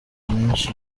menshi